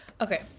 okay